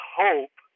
hope